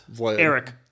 Eric